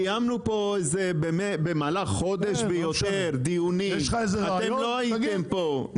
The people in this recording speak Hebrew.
קיימנו פה זה באמת במהלך חודש ויותר דיונים אתם לא הייתם פה,